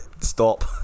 stop